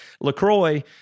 LaCroix